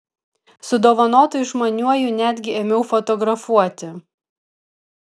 su dovanotu išmaniuoju netgi ėmiau fotografuoti